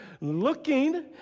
Looking